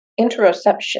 interoception